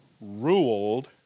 ruled